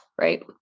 right